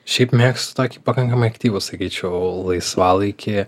šiaip mėgstu tokį pakankamai aktyvų sakyčiau laisvalaikį